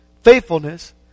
faithfulness